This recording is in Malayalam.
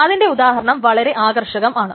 അതിൻറെ ഉദാഹരണം വളരെ ആകർഷകമാണ്